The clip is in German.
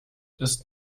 ist